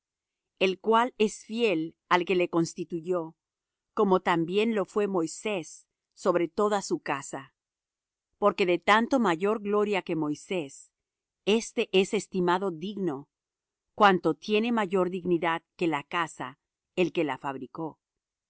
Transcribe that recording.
el cual es fiel al que le constituyó como también lo fué moisés sobre toda su casa porque de tanto mayor gloria que moisés éste es estimado digno cuanto tiene mayor dignidad que la casa el que la fabricó